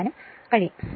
എഴുതാനും കഴിയും